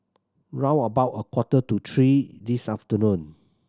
round about a quarter to three this afternoon